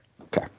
Okay